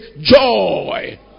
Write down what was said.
joy